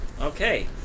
okay